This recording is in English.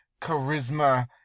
charisma